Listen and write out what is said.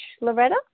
Loretta